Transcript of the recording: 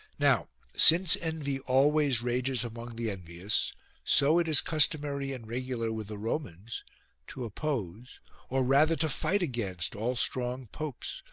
now since envy always rages among the envious so it is customary and regular with the romans to oppose or rather to fight against all strong popes,